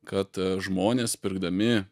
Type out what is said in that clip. kad žmonės pirkdami